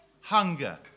hunger